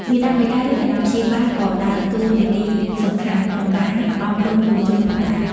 មាតាបិតាឬអាណាព្យាបាលក៏ដើរតួនាទីសំខាន់ក្នុងការអប់រំយុវជនផងដែរ។